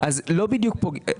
לא בדיוק פוגעים.